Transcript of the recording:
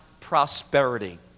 prosperity